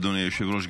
אדוני היושב-ראש,